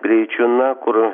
greičiu na kur